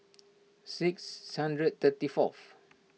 six thirty fourth